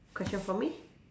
question for me